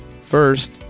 First